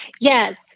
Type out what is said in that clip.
Yes